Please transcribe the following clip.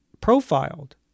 profiled